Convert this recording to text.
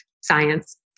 Science